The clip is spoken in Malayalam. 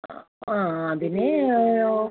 ആ ആ അതിന് ഓ